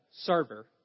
server